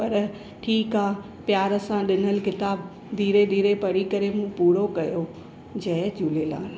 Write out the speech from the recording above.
पर ठीकु आहे प्यारु सां ॾिनल क़िताबु धीरे धीरे पढ़ी करे मूं पूरो कयो जय झूलेलाल